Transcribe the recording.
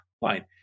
fine